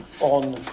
on